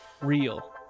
real